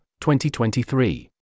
2023